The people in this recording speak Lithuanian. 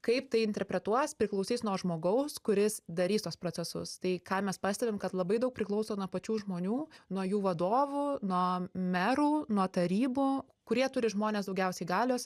kaip tai interpretuos priklausys nuo žmogaus kuris darys tuos procesus tai ką mes pastebim kad labai daug priklauso nuo pačių žmonių nuo jų vadovų nuo merų nuo tarybų kurie turi žmonės daugiausiai galios